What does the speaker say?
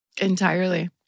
Entirely